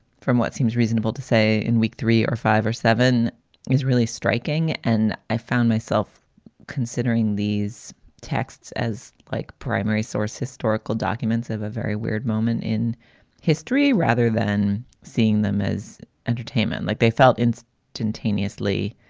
from what seems reasonable to say in week three or five or seven is really striking. and i found myself considering these texts as like primary source historical documents of a very weird moment in history, rather than seeing them as entertainment like they felt continuously.